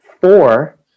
four